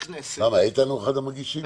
למה, איתן הוא אחד המגישים?